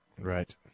Right